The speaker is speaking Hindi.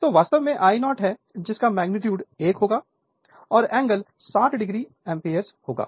तो वास्तव में I0 है जिसका मेग्नीट्यूड 1 होगा और एंगल 60 o एम्पीयर होगा